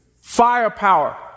firepower